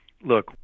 look